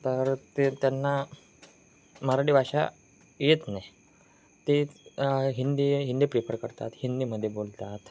तर ते त्यांना मराठी भाषा येत नाही ते हिंदी हिंदी प्रिफर करतात हिंदीमध्ये बोलतात